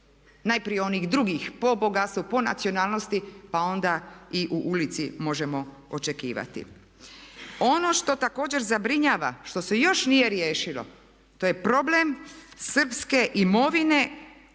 najprije onih drugih po bogatstvu, po nacionalnosti pa onda i u ulici možemo očekivati. Ono što također zabrinjava što se još nije riješilo to je problem srpske imovine,